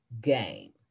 game